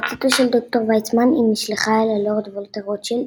בעצתו של ד"ר ויצמן היא נשלחה אל הלורד וולטר רוטשילד,